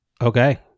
Okay